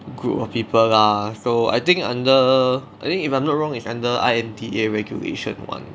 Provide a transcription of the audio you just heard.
group of people lah so I think under I think if I'm not wrong is under I_M_D_A regulation [one]